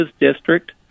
district